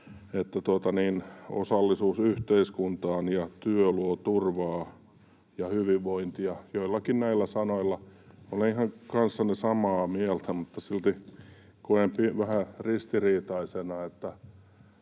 että osallisuus yhteiskuntaan ja työ luovat turvaa ja hyvinvointia — joillakin tällaisilla sanoilla. Minä olen kanssanne ihan samaa mieltä, mutta silti koen vähän ristiriitaisena,